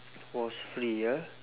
was free ah